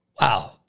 Wow